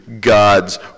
God's